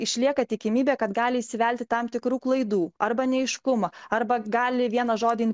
išlieka tikimybė kad gali įsivelti tam tikrų klaidų arba neaiškumų arba gali vieną žodį